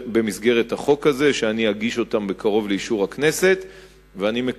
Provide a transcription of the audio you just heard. במסגרת החוק הזה, ואני אגיש אותן בקרוב לכנסת.